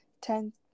Ten